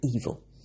evil